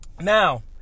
Now